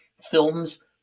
films